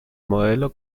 modelo